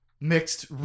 mixed